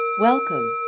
Welcome